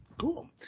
Cool